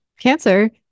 Cancer